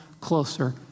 closer